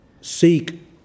seek